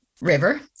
river